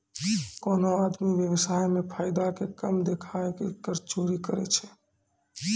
कोनो आदमी व्य्वसाय मे फायदा के कम देखाय के कर चोरी करै छै